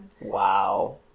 Wow